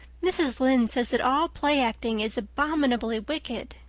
mrs. lynde says that all play-acting is abominably wicked